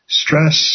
stress